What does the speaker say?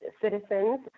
citizens